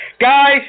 Guys